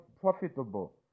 profitable